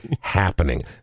happening